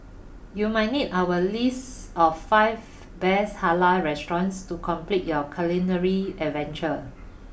you might need our list of five best Halal restaurants to complete your culinary adventure